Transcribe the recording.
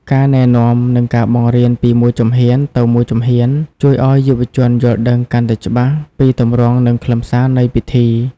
ការណែនាំ និងការបង្រៀនពីមួយជំហានទៅមួយជំហាន ជួយឱ្យយុវជនយល់ដឹងកាន់តែច្បាស់ពីទម្រង់ និងខ្លឹមសារនៃពិធី។